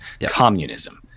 communism